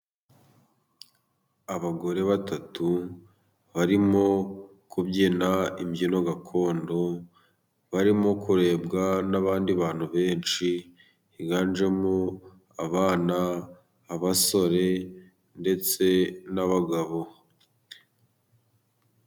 Abagore batatu barimo kubyina imbyino gakondo, barimo kurebwa n'abandi bantu benshi higanjemo abana b'abasore ndetse n'abagabo.